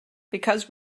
because